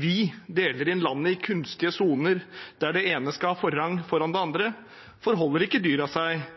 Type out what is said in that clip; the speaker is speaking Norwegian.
vi deler inn landet i kunstige soner der det ene skal ha forrang foran det andre, forholder ikke dyrene seg